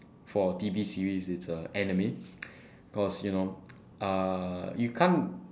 for T_V series it's an anime because you know uh you can't